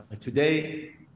Today